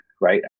right